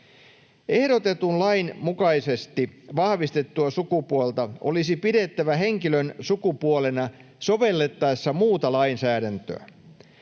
Ehdotetun lain mukaisesti vahvistettua sukupuolta olisi pidettävä henkilön sukupuolena sovellettaessa muuta lainsäädäntöä.